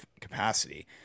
capacity